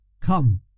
Come